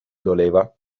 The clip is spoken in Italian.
doleva